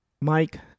Mike